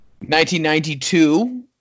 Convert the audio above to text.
1992